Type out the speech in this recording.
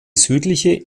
südliche